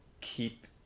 keep